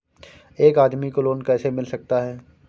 एक आदमी को लोन कैसे मिल सकता है?